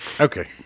Okay